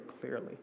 clearly